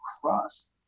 crust